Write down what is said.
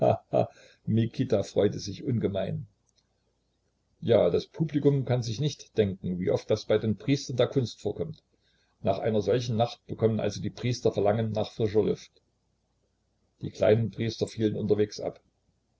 mikita freute sich ungemein ja das publikum kann sich nicht denken wie oft das bei den priestern der kunst vorkommt nach einer solchen nacht bekommen also die priester verlangen nach frischer luft die kleinen priester fielen unterwegs ab